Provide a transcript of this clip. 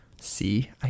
See